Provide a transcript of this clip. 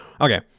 Okay